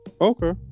okay